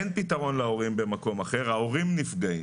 אין פתרון להורים במקום אחר ויוצא ההורים נפגעים,